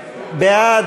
בעד,